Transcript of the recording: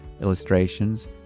illustrations